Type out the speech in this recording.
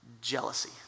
Jealousy